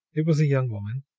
it was a young woman.